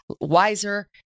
wiser